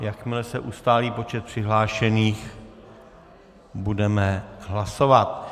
Jakmile se ustálí počet přihlášených, budeme hlasovat.